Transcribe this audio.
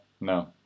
No